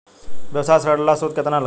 व्यवसाय ऋण ला सूद केतना लागी?